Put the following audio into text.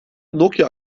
nokia